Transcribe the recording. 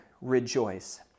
rejoice